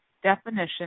definition